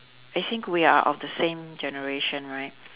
I think we are of the same generation right